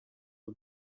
the